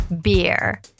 beer